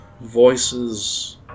voices